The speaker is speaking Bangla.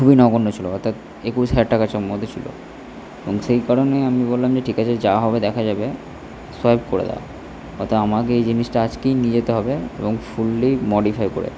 খুবই নগন্য ছিলো অর্থাৎ এই একুশ হাজার টাকার সম্ভবত ছিলো এবং সেই কারণে আমি বললাম যে ঠিক আছে যা হবে দেখা যাবে সোয়াইপ করে দাও অর্থাৎ আমাকে এই জিনিসটা আজকেই নিয়ে যেতে হবে এবং ফুললি মডিফাই করে